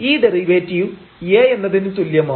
ഈ derivative A എന്നതിന് തുല്യമാവും